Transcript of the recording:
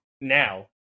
now